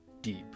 deep